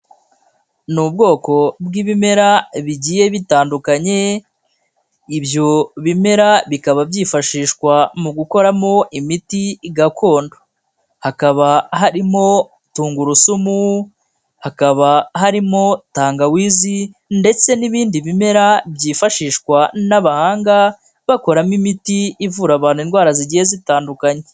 Ni ubwoko bw'ibimera bigiye bitandukanye ibyo bimera bikaba byifashishwa mu gukoramo imiti gakondo, hakaba harimo tungurusumu, hakaba harimo tangawizi ndetse n'ibindi bimera byifashishwa n'abahanga bakoramo imiti ivura abantu indwara zigiye zitandukanye.